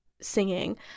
singing